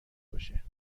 باشه